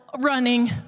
running